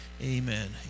Amen